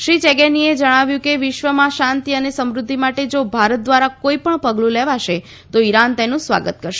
શ્રી ચેગેનીએ જણાવ્યું કે વિશ્વમાં શાંતિ અને સમૃધ્ધિ માટે જો ભારત દ્વારા કોઈપણ પગલું લેવાશે તો ઇરાન તેનું સ્વાગત કરશે